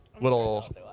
little